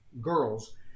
girls